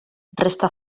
resta